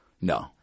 no